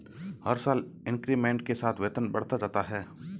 हर साल इंक्रीमेंट के साथ वेतन बढ़ता जाता है